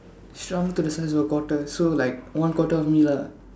shrunk to the size of a quarter so like one quarter of me lah